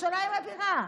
בירושלים הבירה,